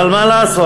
אבל מה לעשות?